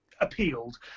appealed